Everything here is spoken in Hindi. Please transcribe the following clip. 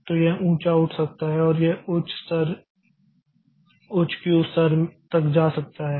तो यह ऊंचा उठ सकता है और यह उच्च क्यू स्तर तक जा सकता है